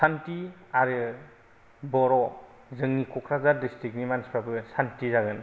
शान्ति आरो बर' जोंनि क'क्राझार डिस्ट्रिक्टनि मानसिफ्राबो शान्ति जागोन